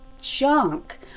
junk